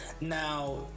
now